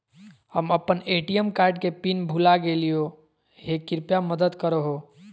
हम अप्पन ATM card के पिन भुला गेलिओ हे कृपया मदद कर हो